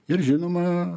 ir žinoma